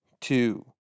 two